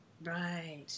right